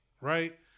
right